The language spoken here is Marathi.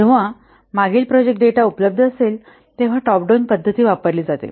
जेव्हा मागील प्रोजेक्ट डेटा उपलब्ध असेल तेव्हा टॉप डाउन पद्धत वापरली जाते